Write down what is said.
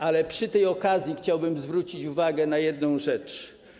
Ale przy tej okazji chciałbym zwrócić uwagę na jedną rzecz.